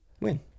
Win